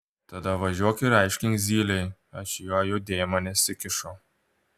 tada važiuok ir aiškink zylei aš į jo judėjimą nesikišu